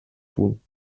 tun